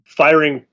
firing